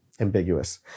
ambiguous